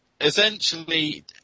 essentially